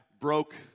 broke